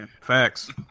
facts